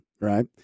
right